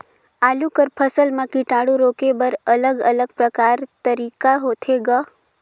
आलू कर फसल म कीटाणु रोके बर अलग अलग प्रकार तरीका होथे ग?